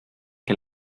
que